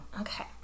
Okay